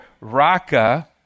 raka